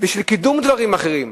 לקידום דברים אחרים.